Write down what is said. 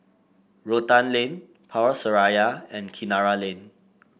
Rotan Lane Power Seraya and Kinara Lane